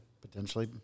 potentially